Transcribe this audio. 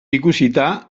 ikusita